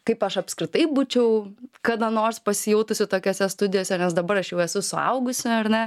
kaip aš apskritai būčiau kada nors pasijautusi tokiose studijose nes dabar aš jau esu suaugusi ar ne